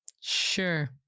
Sure